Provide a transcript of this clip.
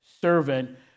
servant